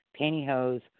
pantyhose